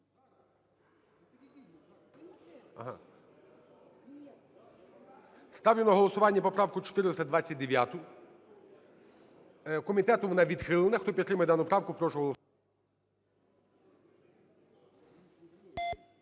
Ставлю на голосування поправку 429. Комітетом вона відхилена. Хто підтримує дану правку, прошу голосувати.